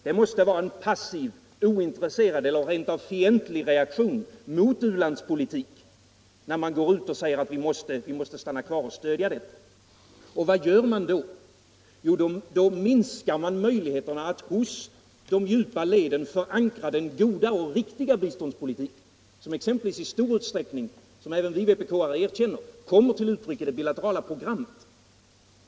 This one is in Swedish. Det måste vara en passiv, oengagerad eller rentav fientlig reaktion mot ulandspolitik när man går ut och säger att vi måste stanna kvar och stödja denna regim. Vad gör man då? Jo, då minskar man möjligheterna att hos de djupa leden förankra den goda och riktiga biståndspolitik som exempelvis i stor utsträckning - vilket även vi vpk:are erkänner —- kommer till uttryck i det bilaterala programmet.